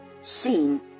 seen